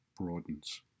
broadens